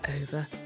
over